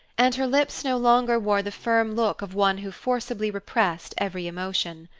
and her lips no longer wore the firm look of one who forcibly repressed every emotion.